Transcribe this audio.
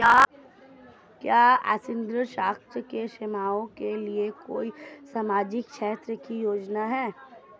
क्या असंगठित क्षेत्र के श्रमिकों के लिए कोई सामाजिक क्षेत्र की योजना है?